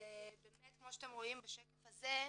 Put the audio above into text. באמת כמו שאתם רואים בשקף הזה,